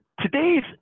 Today's